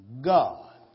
God